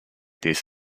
this